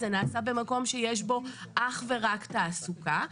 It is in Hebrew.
זה נעשה במקום שיש בו אך ורק תעסוקה.